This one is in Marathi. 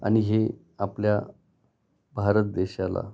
आणि हे आपल्या भारत देशाला